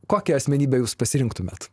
kokią asmenybę jūs pasirinktumėt